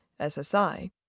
SSI